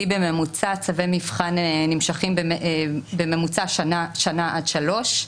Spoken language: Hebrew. בממוצע צווי מבחן נמשכים בממוצע שנה עד שלוש שנים.